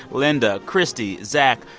linda, christy, zach,